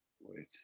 Wait